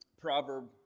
proverb